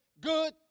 good